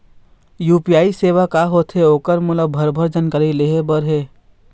UPI सेवा का होथे ओकर मोला भरभर जानकारी लेहे बर हे?